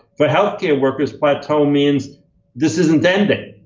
for healthcare workers plateau means this isn't ending,